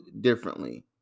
differently